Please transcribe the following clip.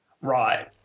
Right